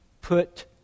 Put